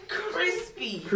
crispy